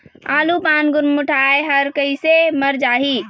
आलू पान गुरमुटाए हर कइसे मर जाही?